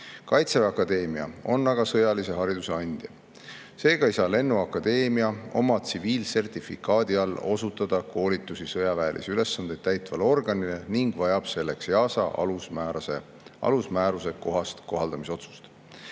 Kaitseväe Akadeemia on aga sõjalise hariduse andja. Seega ei saa lennuakadeemia oma tsiviilsertifikaadi alusel teha koolitusi sõjaväelisi ülesandeid täitvale organile, vaid vajab selleks EASA alusmääruse kohaldamisotsust. Teine